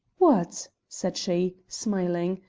what! said she, smiling,